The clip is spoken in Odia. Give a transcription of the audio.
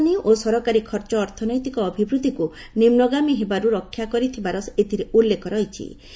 ରପ୍ତାନୀ ଓ ସରକାରୀ ଖର୍ଚ୍ଚ ଅର୍ଥନୈତିକ ଅଭିବୃଦ୍ଧିକୁ ନିମ୍ବଗାମୀ ହେବାରୁ ରକ୍ଷା କରିଥିବାର ଏଥିରେ ଉଲ୍ଲେଖ ରହିଛି